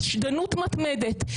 לדעת שחשופים כל הזמן לביקורת.